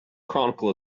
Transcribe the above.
chronicle